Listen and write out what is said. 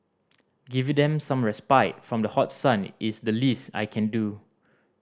giving them some respite from the hot sun is the least I can do